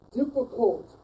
difficult